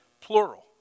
plural